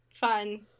fun